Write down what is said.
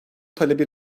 talebi